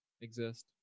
exist